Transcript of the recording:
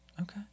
Okay